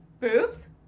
boobs